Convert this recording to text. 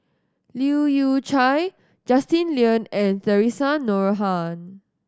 Leu Yew Chye Justin Lean and Theresa Noronha